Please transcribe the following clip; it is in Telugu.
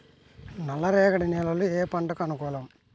నల్ల రేగడి నేలలు ఏ పంటకు అనుకూలం?